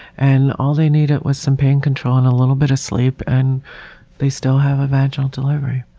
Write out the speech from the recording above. and all they needed was some pain control and a little bit of sleep, and they still have a vaginal delivery.